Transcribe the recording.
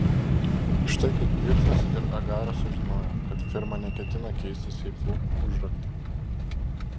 štai kaip pirsas ir agaras sužinojo kad firma neketina keisti seifų užraktų